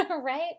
right